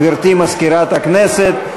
גברתי מזכירת הכנסת,